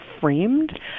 framed